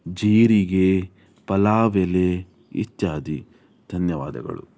ಜೀರಿಗೆ ಪಲಾವ್ ಎಲೆ ಇತ್ಯಾದಿ ಧನ್ಯವಾದಗಳು